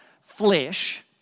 flesh